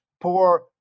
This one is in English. poor